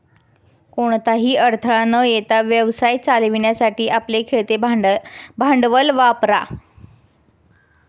कोणताही अडथळा न येता व्यवसाय चालवण्यासाठी आपले खेळते भांडवल वापरा